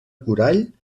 corall